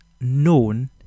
known